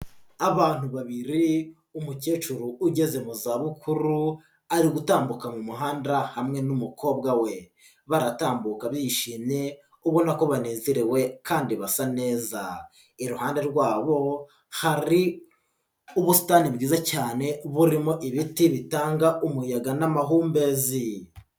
Abantu babiri, umukecuru ugeze mu zabukuru ari gutambuka mu muhanda hamwe n'umukobwa we. Baratambuka bishimye, ubona ko banezerewe kandi basa neza. Iruhande rwabo, hari ubusitani bwiza cyane, burimo ibiti bitanga umuyaga n'amahumbezi.